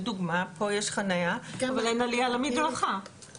לדוגמה, פה יש חניה אבל אין עלייה למדרכה.